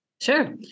Sure